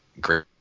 great